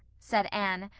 said anne,